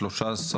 היום,